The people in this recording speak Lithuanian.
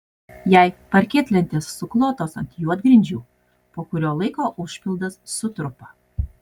jei parketlentės suklotos ant juodgrindžių po kurio laiko užpildas sutrupa